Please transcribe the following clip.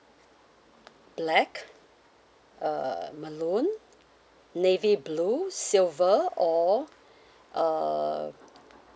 black err maroon navy blue silver or uh